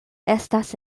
estas